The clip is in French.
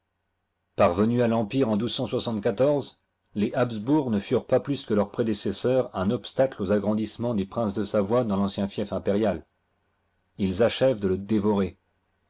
parvenus à l'empire en les habsbourg ne furent pas plus que leurs prédécesseurs un obstacle aux agrandissements des princes de savoie dans l'ancien fief impérial ils achèvent de le dévorer